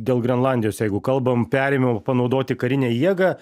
dėl grenlandijos jeigu kalbam perėmiau panaudoti karinę jėgą